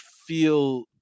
feel